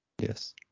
Yes